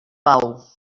pau